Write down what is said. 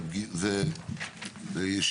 נדמה לי שזאת